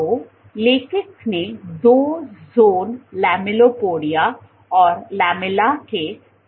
तो लेखक ने दो ज़ोन लैमेलिपोडिया और लैमेला के अस्तित्व को दिखाया